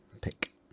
pick